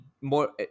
more